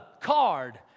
card